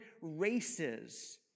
races